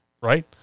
right